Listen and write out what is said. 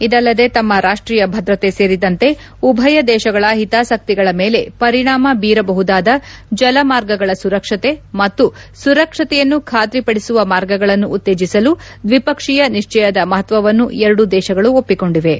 ಇದಲ್ಲದೆ ತಮ್ಮ ರಾಷ್ಷೀಯ ಭದ್ರತೆ ಸೇರಿದಂತೆ ಉಭಯ ದೇಶಗಳ ಹಿತಾಸಕ್ತಿಗಳ ಮೇಲೆ ಪರಿಣಾಮ ಬೀರಬಹುದಾದ ಜಲಮಾರ್ಗಗಳ ಸುರಕ್ಷತೆ ಮತ್ತು ಸುರಕ್ಷತೆಯನ್ನು ಖಾತ್ರಿಪಡಿಸುವ ಮಾರ್ಗಗಳನ್ನು ಉತ್ತೇಜಿಸಲು ನಿಶ್ಚಿಪಕ್ಷೀಯ ನಿಶ್ಚಯದ ಮಹತ್ವವನ್ನು ಎರಡೂ ದೇಶಗಳು ಒಪ್ಪಿಕೊಂಡಿವೆ